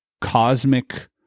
cosmic